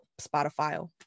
Spotify